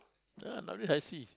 ya nowadays i see